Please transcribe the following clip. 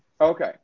Okay